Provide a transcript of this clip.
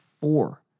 four